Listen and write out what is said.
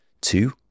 Two